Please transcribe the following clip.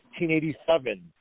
1987